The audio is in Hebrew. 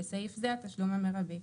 בסעיף זה התשלום המרבי.